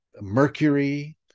mercury